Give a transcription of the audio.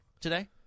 today